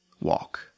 walk